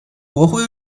国徽